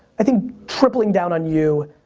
i think tripling down on you.